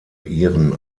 ihren